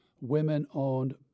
women-owned